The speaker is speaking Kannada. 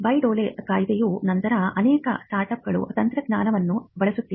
ಬೇಹ್ ಡೋಲ್ ಕಾಯಿದೆಯ ನಂತರ ಅನೇಕ ಸ್ಟಾರ್ಟ್ಅಪ್ಗಳು ತಂತ್ರಜ್ಞಾನವನ್ನು ಬಳಸುತ್ತಿವೆ